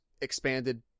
expanded